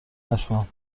حرفم